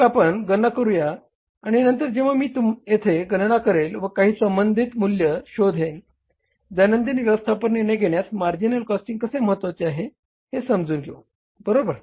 मग आम्ही गणना करू आणि नंतर जेव्हा मी येथे गणना करेल व काही संबंधित मूल्य शोधेन दैनंदिन व्यवस्थापन निर्णय घेण्यास मार्जिनल कॉस्टिंग कसे महत्वाचे आहे हे समजून घेऊ बरोबर